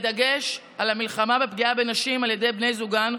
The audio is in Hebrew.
בדגש על המלחמה בפגיעה בנשים על ידי בני זוגן,